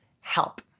Help